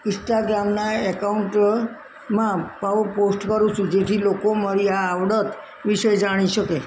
ઇન્સ્ટાગ્રામના એકાઉન્ટમાં પણ પોસ્ટ કરું છું જેથી લોકો મારી આ આવડત વિશે જાણી શકે